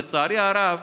לצערי הרב,